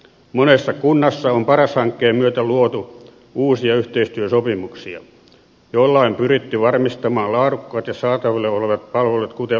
monessa kunnassa on paras hankkeen myötä luotu uusia yhteistyösopimuksia joilla on pyritty varmistamaan laadukkaat ja saatavilla olevat palvelut kuten laki vaatii